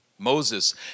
Moses